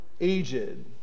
aged